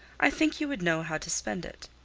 i think you would know how to spend it.